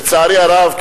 לצערי הרב,